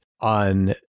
on